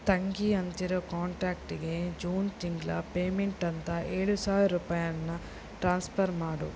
ತಂಗಿ ಅಂತಿರೋ ಕಾಂಟ್ಯಾಕ್ಟ್ಗೆ ಜೂನ್ ತಿಂಗಳ ಪೇಮೆಂಟ್ ಅಂತ ಏಳು ಸಾವಿರ ರೂಪಾಯಿಯನ್ನ ಟ್ರಾನ್ಸಫರ್ ಮಾಡು